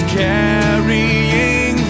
carrying